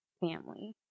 family